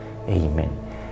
Amen